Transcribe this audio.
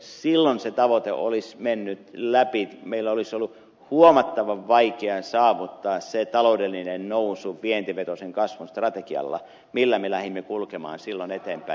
jos se tavoite silloin olisi mennyt läpi meidän olisi ollut huomattavan vaikea saavuttaa se taloudellinen nousu vientivetoisen kasvun strategialla millä me lähdimme kulkemaan silloin eteenpäin